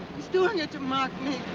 he's doing it to mock me.